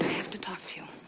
have to talk to you.